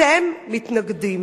אתם מתנגדים.